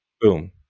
Boom